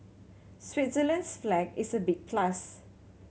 Switzerland's flag is a big plus